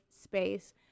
space